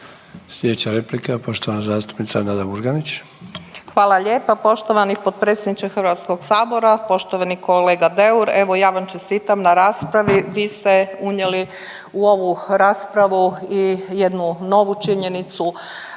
Slijedeća replika je poštovana zastupnica Nada Murganić. **Murganić, Nada (HDZ)** Hvala lijepa poštovani potpredsjedniče Hrvatskog sabora. Poštovani kolega Deur evo ja vam čestitam na raspravi, vi ste unijeli u ovu raspravu i jednu novu činjenicu,